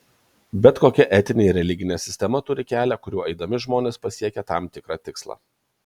bet kokia etinė ir religinė sistema turi kelią kuriuo eidami žmonės pasiekia tam tikrą tikslą